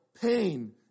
pain